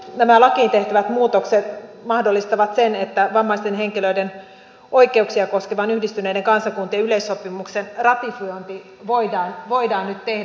nämä lakiin tehtävät muutokset mahdollistavat sen että vammaisten henkilöiden oikeuksia koskevan yhdistyneiden kansakuntien yleissopimuksen ratifiointi voidaan nyt tehdä